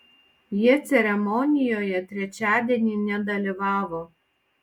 jie ceremonijoje trečiadienį nedalyvavo